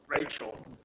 Rachel